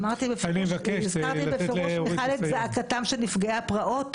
אמרתי בפירוש את זעקתם של נפגעי הפרעות,